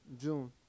June